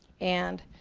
and